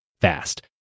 fast